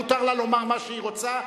מותר לה לומר מה שהיא רוצה.